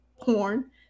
porn